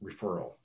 referral